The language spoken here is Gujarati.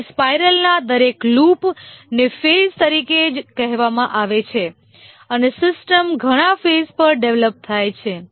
અહીં સ્પાઇરલના દરેક લૂપને ફેઝ તરીકે કહેવામાં આવે છે અને સિસ્ટમ ઘણા ફેઝ પર ડેવલપ થાય છે